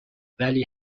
ولی